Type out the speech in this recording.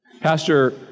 Pastor